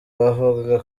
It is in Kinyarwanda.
bavugaga